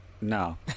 No